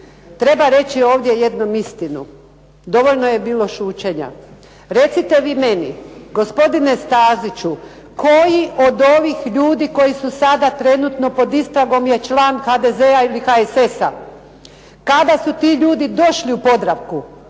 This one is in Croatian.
Treba reći ovdje jednom istinu. Dovoljno je bilo šućenja. Recite vi meni kolega Staziću koji od ovih ljudi koji su trenutno pod istragom je član HDZ-a i HSS-a, kada su ti ljudi došli u Podravku,